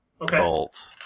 bolt